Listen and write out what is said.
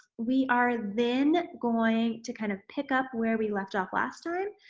we are then going to kind of pick up where we left off last time,